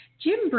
Jim